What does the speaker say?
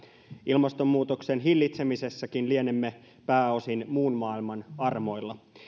ilmastonmuutoksen hillitsemisessäkin lienemme pääosin muun maailman armoilla